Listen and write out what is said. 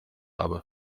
habe